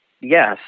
yes